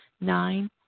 Nine